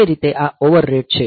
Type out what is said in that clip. તે રીતે આ ઓવર રેટ છે